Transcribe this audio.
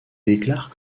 déclarent